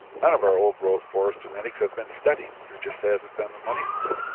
none of our old growth forest genetics have been studied, there just hasn't been the money for it.